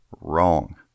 wrong